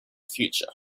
future